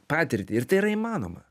patirtį ir tai yra įmanoma